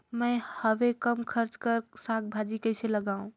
मैं हवे कम खर्च कर साग भाजी कइसे लगाव?